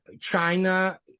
China